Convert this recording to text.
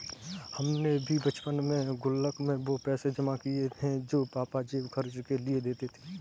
हमने भी बचपन में गुल्लक में वो पैसे जमा किये हैं जो पापा जेब खर्च के लिए देते थे